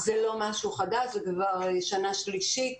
זה לא משהו חדש אלא זה קיים כבר שנה שלישית.